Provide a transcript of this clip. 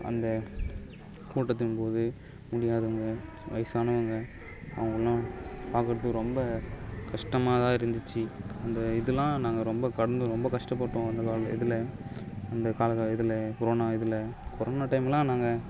அந்த கூட்டத்தின் போது முடியாதவங்க வயிசானவங்க அவங்கெல்லாம் பார்க்குறத்துக்கு ரொம்ப கஷ்டமாக தான் இருந்துச்சு அந்த இதெலாம் நாங்கள் ரொம்ப கடந்து ரொம்ப கஷ்டப்பட்டோம் அந்த கால இதில் அந்த கால இதில் கொரோனா இதில் கொரோனா டைம்லாம் நாங்கள்